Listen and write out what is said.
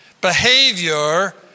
behavior